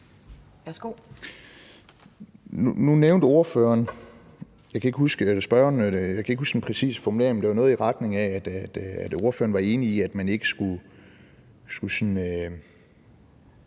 (LA): Nu nævnte spørgeren noget, som jeg ikke kan huske den præcise formulering af, men det var noget i retning af, at han var enig i, at man ikke skulle